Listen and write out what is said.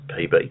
PB